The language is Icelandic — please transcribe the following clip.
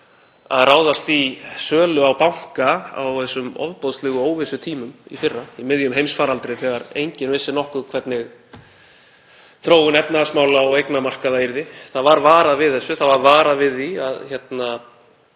að ráðast í sölu á banka á þessum ofboðslegu óvissutímum í fyrra, í miðjum heimsfaraldri þegar enginn vissi nokkuð hvernig þróun efnahagsmála og eignamarkaða yrði. Það var varað við þessu, var varað við því að hætt